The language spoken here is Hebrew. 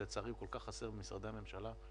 ולצערי הוא כל כך חסר במשרדי הממשלה,